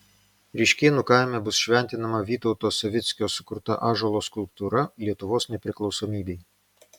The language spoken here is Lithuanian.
ryškėnų kaime bus šventinama vytauto savickio sukurta ąžuolo skulptūra lietuvos nepriklausomybei